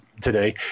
today